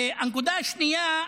הנקודה השנייה,